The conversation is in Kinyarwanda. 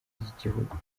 ry’igihugu